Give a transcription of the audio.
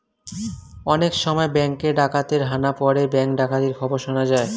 অনেক সময় ব্যাঙ্কে ডাকাতের হানা পড়ে ব্যাঙ্ক ডাকাতির খবর শোনা যায়